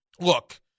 look